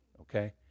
Okay